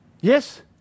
Yes